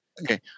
okay